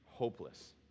Hopeless